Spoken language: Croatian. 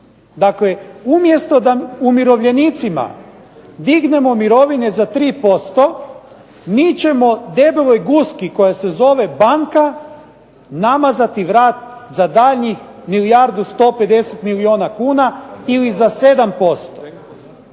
Dakle, umjesto da umirovljenicima dignemo mirovine za 3% mi ćemo debeloj guski koja se zove banka namazati vrat za daljnjih milijardu 150 milijuna kuna ili za 7%.